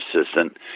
assistant